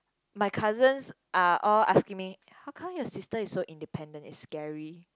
my cousins are all asking me how come your sister is so independent is scary